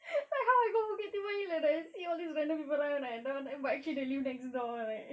like how I go bukit timah hill and I see all these random people run and run but actually they live next door right